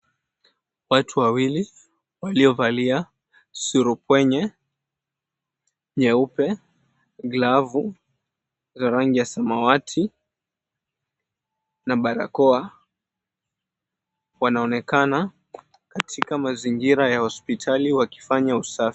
Watu wawili waliovalia surupwenye nyeupe, glavu ya rangi ya samawati na barakoa, wanaonekana katika mazingira ya hosipitali wakifanya usafi.